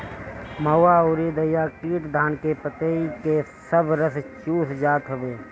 महुआ अउरी दहिया कीट धान के पतइ के सब रस चूस जात हवे